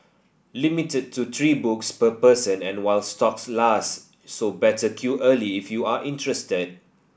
limited to three books per person and while stocks last so better queue early if you are interested